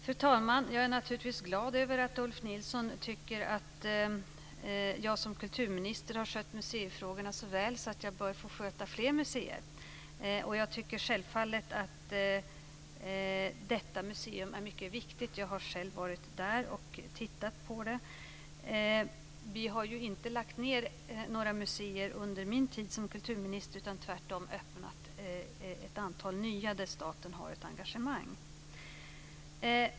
Fru talman! Jag är naturligtvis glad över att Ulf Nilsson tycker att jag som kulturminister har skött museifrågorna så väl att jag bör få sköta fler museer. Jag tycker självfallet att detta museum är mycket viktigt. Jag har varit där och tittat på det. Vi har ju inte lagt ned några museer under min tid som kulturminister, utan vi har tvärtom öppnat ett antal nya där staten har ett engagemang.